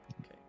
Okay